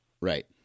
Right